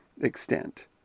extent